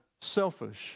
selfish